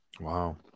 Wow